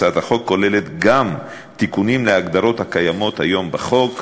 הצעת החוק כוללת גם תיקונים להגדרות הקיימות היום בחוק.